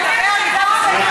ברצוני לדבר על מצוקת הדיור.